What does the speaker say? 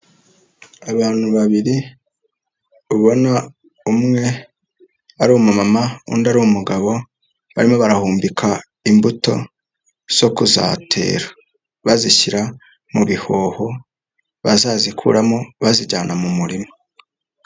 Abantu babiri, umwe ni umuma undi ni umugabo, barimo barahumbika imbuto zo kuzatera bazishyira mu bihoho, bazazikuramo bazijyana mu murima.